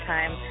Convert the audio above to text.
Time